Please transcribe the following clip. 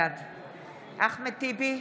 בעד אחמד טיבי,